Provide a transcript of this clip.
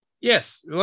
Yes